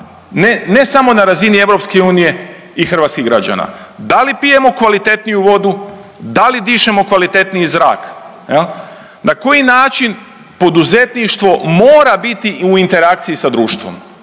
ne samo na razini EU i hrvatskih građana. Da li pijemo kvalitetniju vodu, da li dišemo kvalitetniji zrak? Na koji način poduzetništvo mora biti u interakciji sa društvom?